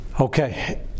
okay